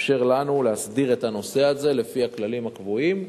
יאפשר לנו להסדיר את הנושא הזה לפי הכללים הקבועים,